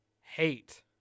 hate